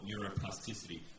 neuroplasticity